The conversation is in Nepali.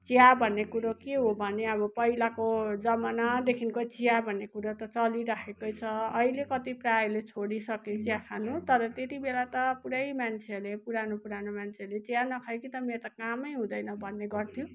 चिया भन्ने कुरो के हो भन्ने कुरा अब पहिलाको जमानादेखिको चिया भन्ने कुरा त चलिराखेकै छ अहिले कति प्रायःले छोडिसक्यो चिया खानु तर त्यति बेला त पुरै मान्छेहरूले पुरानो पुरानो मान्छेहरूले चिया नखाए कि त मेरो त कामै हुँदैन भन्ने गर्थ्यो